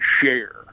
share